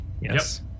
Yes